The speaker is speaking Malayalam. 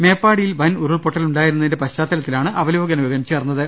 മേപ്പാടിയിൽ വൻ ഉരുൾപൊട്ട ലുണ്ടായിരുന്നതിന്റെ പശ്ചാത്തലത്തിലാണ് അവലോകന യോഗം ചേർന്ന ത്